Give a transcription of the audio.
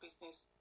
business